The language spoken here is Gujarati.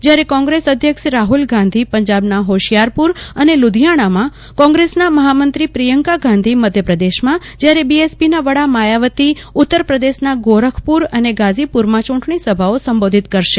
જયારે કોંગ્રેસ અધ્યક્ષ રાહુલ ગાંધી પંજાબના હોશિયારપુર અને લુધિયાણામાં કો ંગ્રેસના મહામંત્રી પ્રિયંકા ગાંધી મધ્યપ્રદેશમાં જયારે બીએસપીના વડા માયાવતી ઉત્તરપ્રદેશના ગોરખપુર અને ગાઝીપુરમાં ચૂંટણી સભાઓમાં સંબોધન કરશે